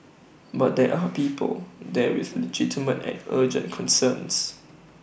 but there are people there with legitimate and urgent concerns